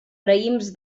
raïms